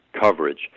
coverage